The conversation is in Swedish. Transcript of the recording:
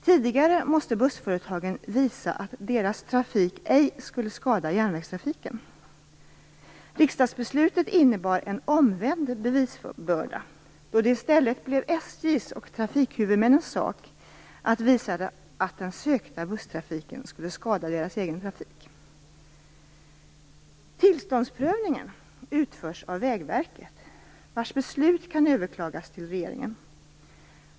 Tidigare måste bussföretagen visa att deras trafik ej skulle skada järnvägstrafiken. Riksdagsbeslutet innebar en omvänd bevisbörda, då det i stället blev SJ:s och trafikhuvudmännens sak att visa att den sökta busstrafiken skulle skada deras egen trafik. Tillståndsprövningen utförs av Vägverket, vars beslut kan överklagas till regeringen.